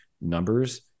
numbers